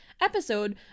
episode